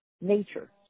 nature